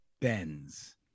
Benz